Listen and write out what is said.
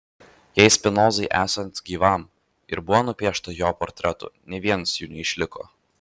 jei spinozai esant gyvam ir buvo nupiešta jo portretų nė vienas jų neišliko